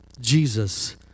Jesus